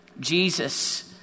Jesus